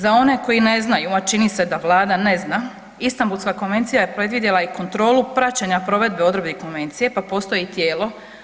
Za one koji ne znaju, a čini se Vlada ne zna, Istambulska konvencija je predvidjela i kontrolu praćenja provedbe odredbi konvencije, pa postoji tijelo